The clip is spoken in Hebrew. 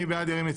מי בעד ירים את